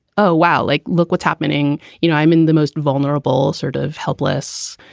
oh, wow, like look what's happening. you know, i'm in the most vulnerable, sort of helpless,